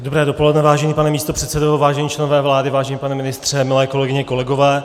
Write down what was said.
Dobré dopoledne, vážený pane místopředsedo, vážení členové vlády, vážený pane ministře, milé kolegyně, kolegové.